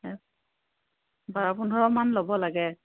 বাৰ পোন্ধৰমান ল'ব লাগে